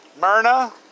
myrna